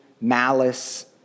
malice